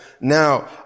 now